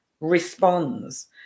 responds